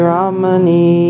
Ramani